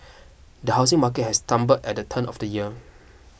the housing market has stumbled at the turn of the year